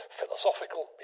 philosophical